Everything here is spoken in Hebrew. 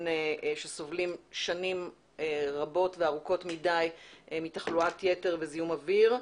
שסובלים שנים רבות וארוכות מדי מתחלואת יתר וזיהום אוויר.